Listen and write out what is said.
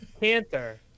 Panther